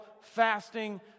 fasting